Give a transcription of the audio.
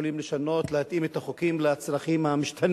יכולים לשנות, להתאים את החוקים לצרכים המשתנים.